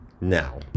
now